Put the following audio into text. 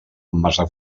massa